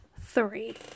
Three